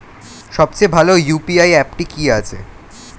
সবচেয়ে ভালো ইউ.পি.আই অ্যাপটি কি আছে?